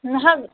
نہ حظ